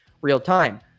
real-time